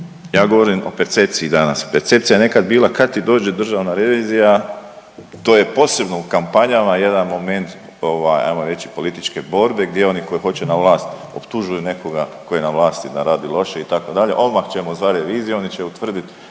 Ja govorim o percepciji danas. Percepcija je nekad bila kad ti dođe državna revizija to je posebno u kampanjama jedan moment ovaj ajmo reći političke borbe gdje oni koji hoće na vlast optužuju nekoga koji je na vlasti da radi loše itd., odmah ćemo zvat reviziju, oni će utvrditi